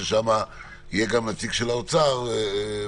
שבה יהיה גם נציג של משרד האוצר,